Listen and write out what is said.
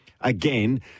Again